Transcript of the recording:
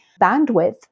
bandwidth